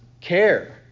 care